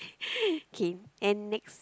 K and next